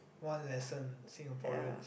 one lesson Singaporeans